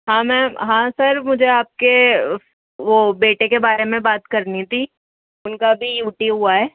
ہاں میم ہاں سر مجھے آپ کے وہ بیٹے کے بارے میں بات کرنی تھی ان کا ابھی او ٹی ہوا ہے